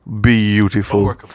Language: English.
beautiful